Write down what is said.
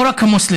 לא רק המוסלמים,